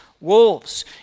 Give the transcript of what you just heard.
Wolves